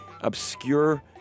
obscure